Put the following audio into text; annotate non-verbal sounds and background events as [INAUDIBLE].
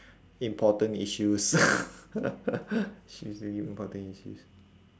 important issues [LAUGHS] seriously important issues